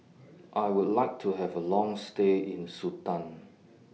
I Would like to Have A Long stay in Sudan